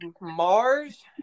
Mars